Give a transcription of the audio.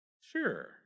Sure